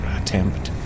attempt